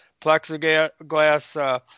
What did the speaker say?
plexiglass